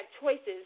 choices